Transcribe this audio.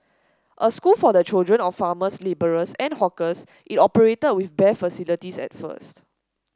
a school for the children of farmers labourers and hawkers it operated with bare facilities at first